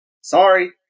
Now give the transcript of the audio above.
sorry